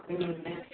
कि दर लेब